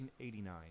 1989